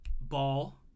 Ball